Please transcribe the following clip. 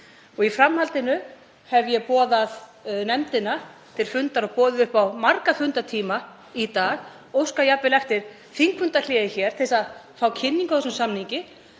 Í framhaldinu hef ég boðað nefndina til fundar og boðið upp á marga fundartíma í dag, óskaði jafnvel eftir þingfundahléi til að fá kynningu á þessum samningi.